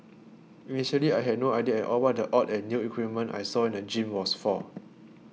initially I had no idea at all what the odd and new equipment I saw in the gym was for